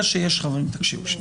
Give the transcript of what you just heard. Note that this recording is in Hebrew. חברים, תקשיבו.